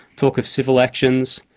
talk of civil actions.